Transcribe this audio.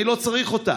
אני לא צריך אותה.